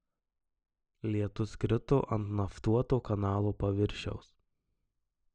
lietus krito ant naftuoto kanalo paviršiaus